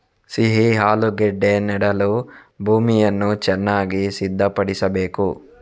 ಸಿಹಿ ಆಲೂಗೆಡ್ಡೆ ನೆಡಲು ಭೂಮಿಯನ್ನು ಚೆನ್ನಾಗಿ ಸಿದ್ಧಪಡಿಸಬೇಕು